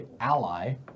ally